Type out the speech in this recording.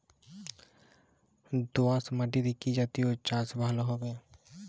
দোয়াশ মাটিতে কি জাতীয় চাষ ভালো হবে?